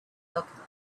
alchemist